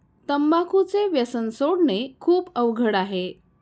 तंबाखूचे व्यसन सोडणे खूप अवघड आहे